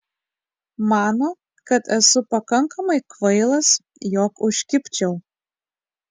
mano kad esu pakankamai kvailas jog užkibčiau